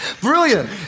Brilliant